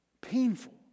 Painful